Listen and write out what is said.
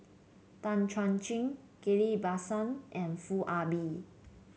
Tan Chuan Jin Ghillie Basan and Foo Ah Bee